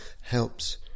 helps